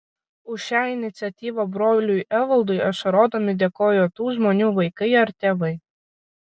už šią iniciatyvą broliui evaldui ašarodami dėkojo tų žmonių vaikai ar tėvai